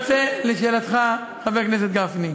לשאלתך, חבר הכנסת גפני,